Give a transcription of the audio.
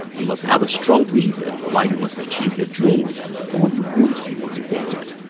you must have a strong reason why you must achieve your dream or you won't be motivated.